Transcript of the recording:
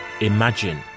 imagine